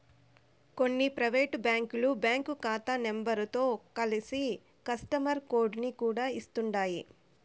కొన్ని పైవేటు బ్యాంకులు బ్యాంకు కాతా నెంబరుతో కలిసి కస్టమరు కోడుని కూడా ఇస్తుండాయ్